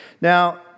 Now